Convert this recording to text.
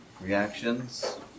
reactions